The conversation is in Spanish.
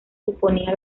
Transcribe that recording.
suponía